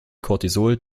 cortisol